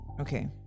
Okay